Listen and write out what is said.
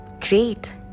great